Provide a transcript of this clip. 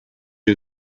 you